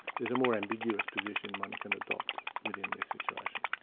there's a more ambiguous position one can adopt within this situation.